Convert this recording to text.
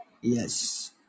Yes